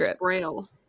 braille